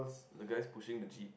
the guys pushing the jeep